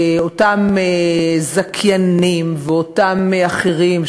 אותם זכיינים ואותם אחרים,